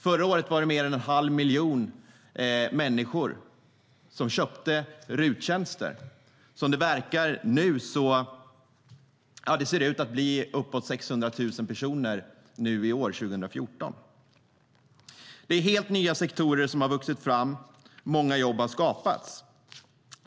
Förra året var det mer än en halv miljon människor som köpte RUT-tjänster, och som det verkar nu blir det uppåt 600 000 personer för 2014. Det är helt nya sektorer som har vuxit fram, och många jobb har skapats.